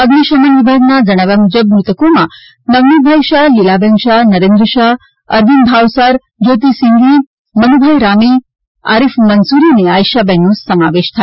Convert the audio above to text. અઝિ શમન વિભાગના જણાવ્યા મુજબ મૃતકોમાં નવનીત ભાઈ શાહ લીલાબેન શાહ નરેન્દ્ર શાહ અરવિંદ ભાવસાર જ્યોતિ સિંધી મનુભાઈ રામી આરીફ મન્સૂરી અને આયેશાબેનનો સમાવેશ થાય છે